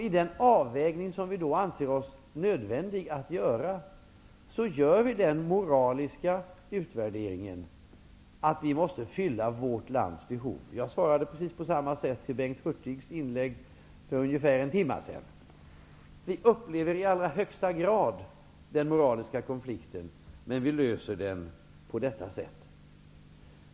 I den avvägning som vi då anser nödvändig att göra, gör vi den moraliska värderingen att vi måste fylla vårt lands behov. Jag svarade på precis samma sätt på Bengt Hurtigs inlägg för ungefär en timma sedan. Vi upplever i allra högsta grad den moraliska konflikten, och vi löser den på detta sätt.